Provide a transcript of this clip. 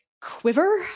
quiver